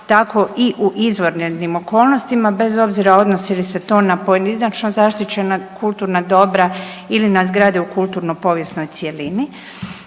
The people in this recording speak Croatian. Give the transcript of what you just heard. tako i u izvanrednim okolnostima bez obzira odnosi li se to na pojedinačno zaštićena kulturna dobra ili na zgrade u kulturno povijesnoj cjelini.